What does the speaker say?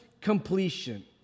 completion